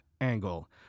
angle